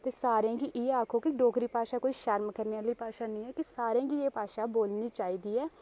ते सारें गी इयै आक्खो कि डोगरी भाशा कोई शर्म करने आह्ली भाशा नेईं ऐ कि सारें गी एह् भाशा बोलनी चाहिदी ऐ